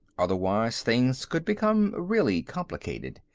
otherwise things could become really complicated,